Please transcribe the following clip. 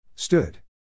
Stood